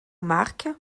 marc